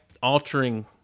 Altering